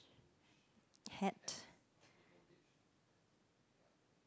hat